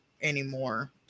anymore